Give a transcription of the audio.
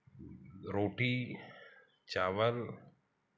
रोटी चावल